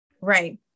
Right